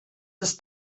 ist